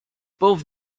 both